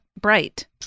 bright